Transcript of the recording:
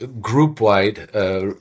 group-wide